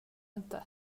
inte